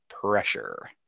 pressure